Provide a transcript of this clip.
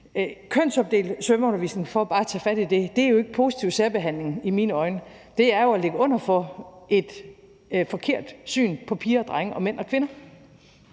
Kønsopdelt svømmeundervisning – for bare at tage fat i det – er jo ikke positiv særbehandling i mine øjne, men det er jo at ligge under for et forkert syn på piger og drenge og mænd og kvinder,